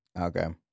okay